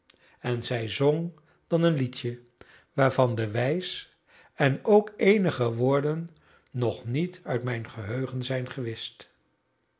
en zij zong dan een liedje waarvan de wijs en ook eenige woorden nog niet uit mijn geheugen zijn